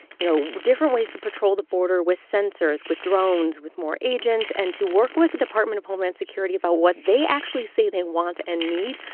you know, different ways to patrol the border with sensors, with drones, with more agents and to work with the department of homeland security about what they actually say they want and need,